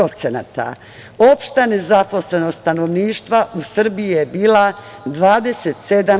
Opšta nezaposlenost stanovništva u Srbiji je bila 27%